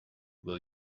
will